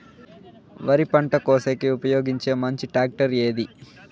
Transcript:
వరి పంట కోసేకి ఉపయోగించే మంచి టాక్టర్ ఏది?